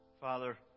Father